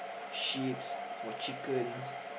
sheep's for chickens